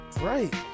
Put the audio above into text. Right